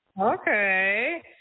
Okay